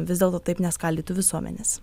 vis dėlto taip neskaldytų visuomenės